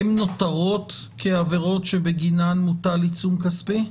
הן נותרות כעבירות שבגינן מוטל עיצום כספי?